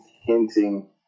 hinting